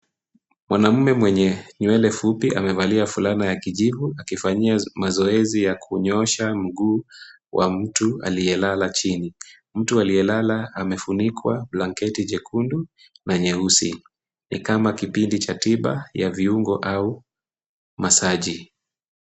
Mwanamume mwenye nywele fupi amevalia fulana ya kijivu akifanyia mazoezi ya kunyoosha mguu wa mtu aliyelala chini. Mtu aliyelala amefunikwa blanketi jekundu na nyeusi. Ni kama kipindi cha tiba ya viungo au masaji .